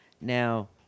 Now